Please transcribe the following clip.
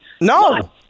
No